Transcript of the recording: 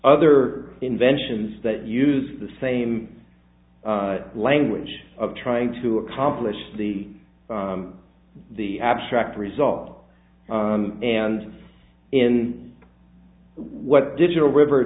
other inventions that use the same language of trying to accomplish the the abstract result and in what digital river